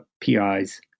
PIs